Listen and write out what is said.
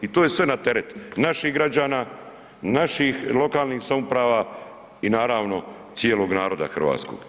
I to je sve na teret naših građana, naših lokalnih samouprava i naravno cijelog naroda Hrvatskog.